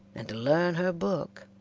and to learn her book.